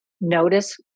Notice